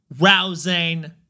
rousing